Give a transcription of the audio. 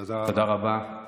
תודה רבה.